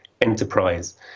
Enterprise